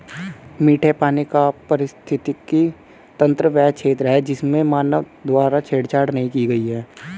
मीठे पानी का पारिस्थितिकी तंत्र वह क्षेत्र है जिसमें मानव द्वारा छेड़छाड़ नहीं की गई है